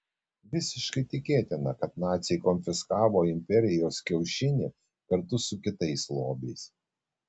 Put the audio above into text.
visiškai tikėtina kad naciai konfiskavo imperijos kiaušinį kartu su kitais lobiais